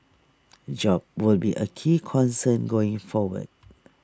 jobs will be A key concern going forward